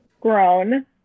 grown